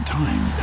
time